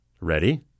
Ready